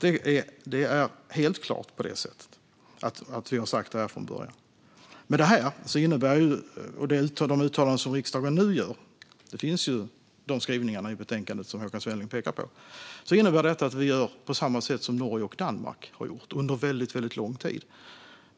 Det är helt klart på det sättet att vi har sagt detta från början. Det uttalande som riksdagen nu gör - Håkan Svenneling pekar ju på de skrivningar som finns i betänkandet - innebär att vi gör på samma sätt som Norge och Danmark har gjort sedan väldigt lång tid.